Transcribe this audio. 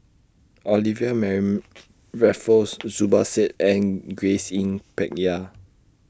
Olivia Mariamne Raffles Zubir Said and Grace Yin Peck Ha